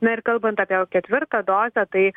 na kalbant apie ketvirtą dozę tai